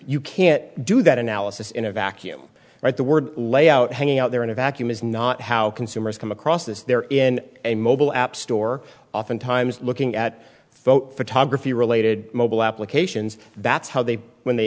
you can't do that analysis in a vacuum write the word lay out hanging out there in a vacuum is not how consumers come across this they're in a mobile app store oftentimes looking at photos for ta graffiti related mobile applications that's how they when they